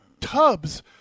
tubs